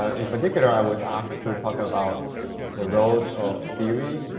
ah in particular, i was asked to talk about the roles of theory,